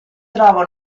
trova